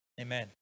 Amen